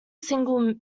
single